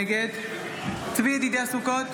נגד צבי ידידיה סוכות,